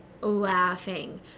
laughing